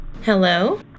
Hello